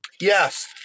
Yes